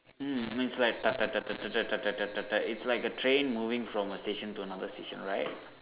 mm it's like it's like a train moving from a station to another station right